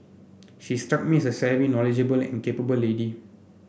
she struck me as a savvy knowledgeable and capable lady